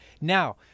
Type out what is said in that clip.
Now